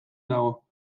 dago